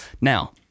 now